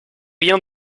rien